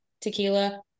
tequila